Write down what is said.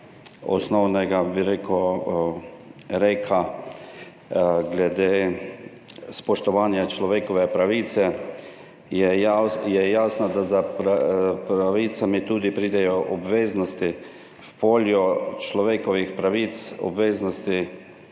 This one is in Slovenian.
osnovnega reka glede spoštovanja človekovih pravic, bi bilo jasno, da s pravicami pridejo tudi obveznosti. V polju človekovih pravic obveznosti